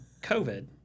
COVID